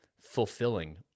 fulfilling